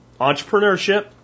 entrepreneurship